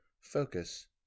focus